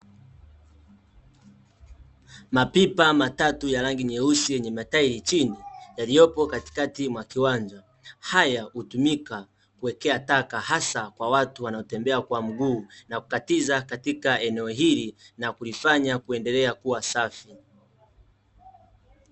Mapipa matatu ya rangi nyeusi yenye matairi chini yaliyopo katikati mwa kiwanja; haya hutumika kuwekea taka hasa kwa watu wanaotembea kwa mguu na kukatiza katika eneo hili na kulifanya kuendelea kuwa safi.